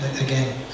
again